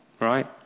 right